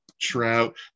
Trout